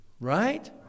right